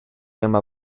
llama